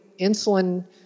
insulin